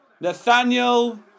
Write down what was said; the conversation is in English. Nathaniel